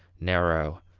narrow,